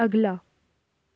अगला